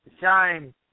shine